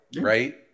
Right